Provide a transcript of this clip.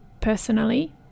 personally